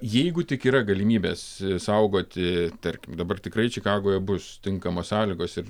jeigu tik yra galimybės saugoti tarkim dabar tikrai čikagoje bus tinkamos sąlygos ir